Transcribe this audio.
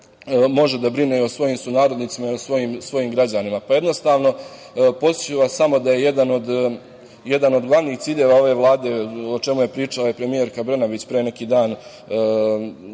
može da brine i o svojim sunarodnicima i o svojim građanima? Pa podsetiću vas samo da je jedan od glavnih ciljeva ove Vlade, o čemu je pričala i premijerka Brnabić pre neki dan